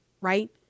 right